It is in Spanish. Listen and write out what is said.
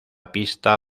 pista